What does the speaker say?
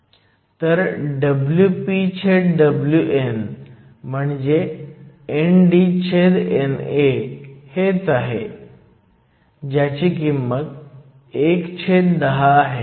तर WpWn म्हणजे NDNA हेच आहे ज्याची किंमत 110 आहे